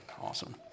awesome